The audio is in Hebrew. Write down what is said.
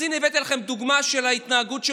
אז הינה הבאתי לכם דוגמה של ההתנהגות של